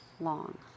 long